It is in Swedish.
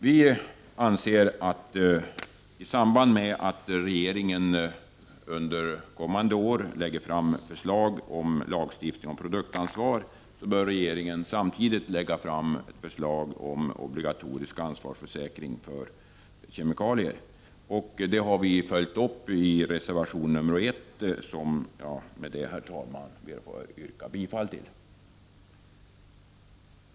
Vi anser att när regeringen under kommande år lägger fram förslag till lagstiftning om produktansvar, bör regeringen samtidigt lägga fram förslag om obligatorisk ansvarsförsäkring för kemikalier. Denna åsikt har vi följt upp i reservation 1, som jag, herr talman, ber att få yrka bifall till.